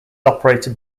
operated